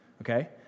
Okay